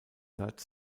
third